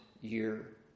year